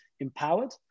empowered